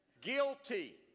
guilty